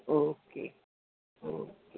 okay okay